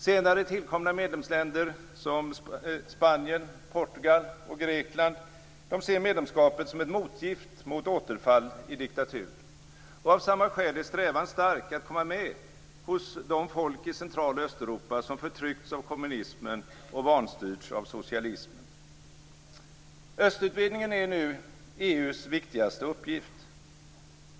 Senare tillkomna medlemsländer som Spanien, Portugal och Grekland ser medlemskapet som ett motgift mot återfall i diktatur. Av samma skäl är strävan stark att komma med hos de folk i Central och Östeuropa som förtryckts av kommunismen och vanstyrts av socialismen. Östutvidgningen är EU:s nu viktigaste uppgift.